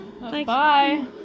Bye